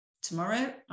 tomorrow